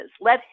Let